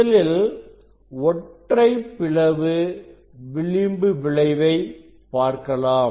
முதலில் ஒற்றைப் பிளவு விளிம்பு விளைவை பார்க்கலாம்